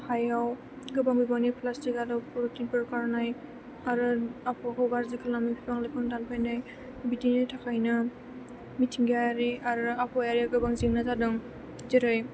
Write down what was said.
हायाव गोबां बिबांनि फ्लासथिख आरो फल'थिनफोर गारनाय आरो आबहावाखौ गाज्रि खालामनो बिफां लाइफां दानफायनाय बिदिनो थाखायनो मिथिंगायारि आरो आबहावायारि गोबां जेंना जादों जेरै